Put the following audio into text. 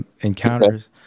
encounters